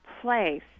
place